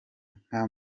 nka